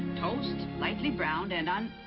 toast, lightly browned and un.